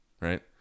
right